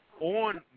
On